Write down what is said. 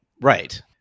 Right